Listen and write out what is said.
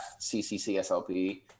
cccslp